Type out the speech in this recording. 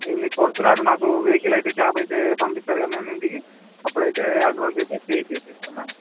ఏంటి ఫోర్త్నాడు నాకు వెహికల్ అయితే క్యాబ్ అయితే పంపిస్తారు కదా మామ్ ఇంటికి అప్పుడు అయితే అడ్వాన్స్ అయితే పే చేసేస్తాం మామ్